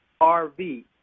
RV